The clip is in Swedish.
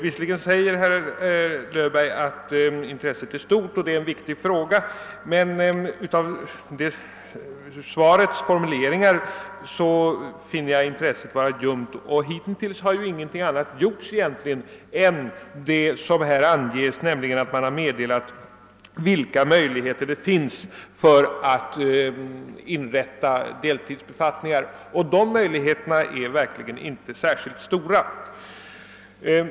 Visserligen säger statsrådet Löfberg att intresset är stort och att frågan är viktig, men av svarets formulering att döma är dock intresset ljumt. Hittills har ingenting annat egentligen gjorts än det som här anges; man har meddelat vilka möjligheter det finns för att inrätta deltidsbefattningar, och dessa är verkligen inte särskilt stora.